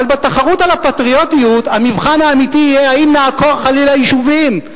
אבל בתחרות על הפטריוטיות המבחן האמיתי יהיה האם נעקור חלילה יישובים,